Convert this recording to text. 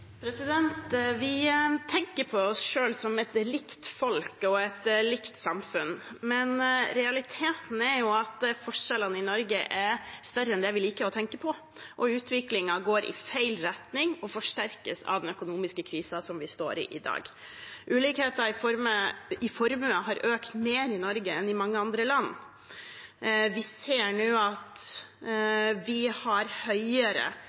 Vi tenker på oss selv som et likt folk og et likt samfunn, men realiteten er at forskjellene i Norge er større enn det vi liker å tenke på, og utviklingen går i feil retning og forsterkes av den økonomiske krisen som vi i dag står i. Ulikhetene i formue har økt mer i Norge enn i mange andre land. Vi ser nå at vi har